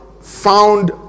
found